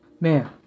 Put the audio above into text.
Man